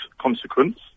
consequence